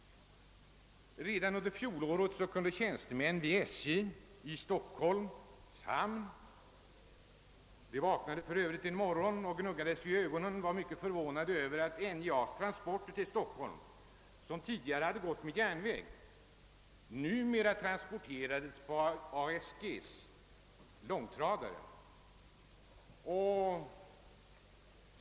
Under fjolåret vaknade tjänstemän vid SJ hamn och gnuggade sig i ögonen och var mycket förvånade över att finna, att NJA :s transporter till Stockholm, som tidigare hade gått med järnväg, numera transporterades på ASG:s långtradare.